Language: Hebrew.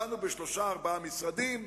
דנו בשלושה-ארבעה משרדים,